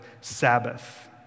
Sabbath